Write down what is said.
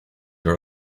your